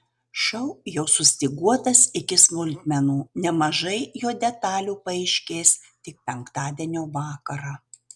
šou jau sustyguotas iki smulkmenų nemažai jo detalių paaiškės tik penktadienio vakarą